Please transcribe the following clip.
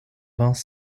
vingts